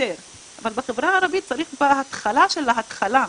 אבל בחברה הערבית צריך בהתחלה של ההתחלה,